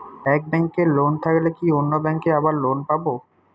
এক ব্যাঙ্কে লোন থাকলে কি অন্য ব্যাঙ্কে আবার লোন পাব?